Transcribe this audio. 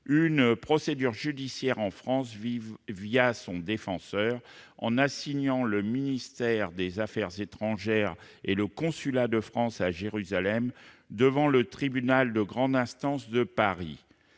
une procédure judiciaire en France son défenseur, en assignant le ministère des affaires étrangères et le consulat de France à Jérusalem devant le tribunal de grande instance de Paris.